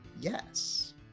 Yes